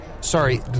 Sorry